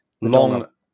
Long